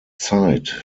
zeit